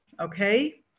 Okay